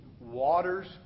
waters